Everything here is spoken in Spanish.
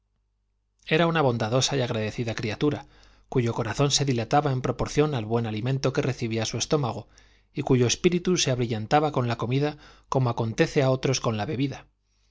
era una bondadosa y agradecida criatura cuyo corazón se dilataba en proporción al buen alimento que recibía su estómago y cuyo espíritu se abrillantaba con la comida como acontece a otros con la bebida